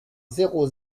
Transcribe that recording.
zéro